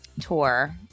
tour